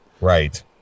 Right